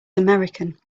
american